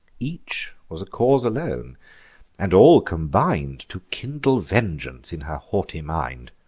each was a cause alone and all combin'd to kindle vengeance in her haughty mind.